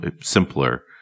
simpler